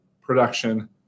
production